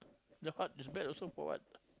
your heart is bad also for what